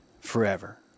forever